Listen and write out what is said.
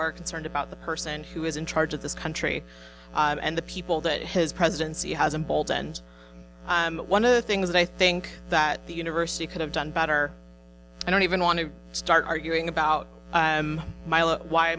are concerned about the person who is in charge of this country and the people that his presidency has emboldened one of the things that i think that the university could have done better i don't even want to start arguing about